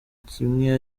kimwe